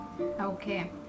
Okay